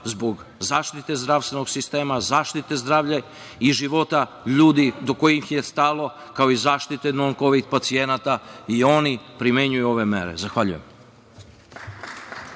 zbog zaštite zdravstvenog sistema, zaštite zdravlja i života ljudi do kojih im je stalo, kao i zaštite nonkovid pacijenata, i oni primenjuju ove mere. Zahvaljujem.